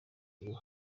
ngo